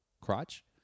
crotch